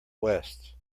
west